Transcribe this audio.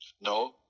No